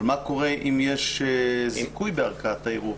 אבל מה קורה אם יש זיכוי בערכאת הערעור?